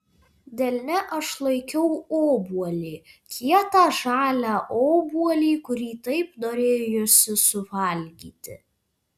delne aš laikiau obuolį kietą žalią obuolį kurį taip norėjosi suvalgyti